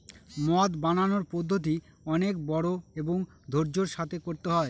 মদ বানানোর পদ্ধতি অনেক বড়ো এবং ধৈর্য্যের সাথে করতে হয়